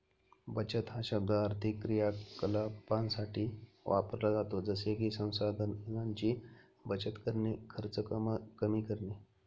बचत हा शब्द आर्थिक क्रियाकलापांसाठी वापरला जातो जसे की संसाधनांची बचत करणे, खर्च कमी करणे